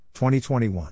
2021